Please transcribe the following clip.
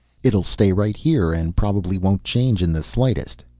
it'll stay right here and probably won't change in the slightest.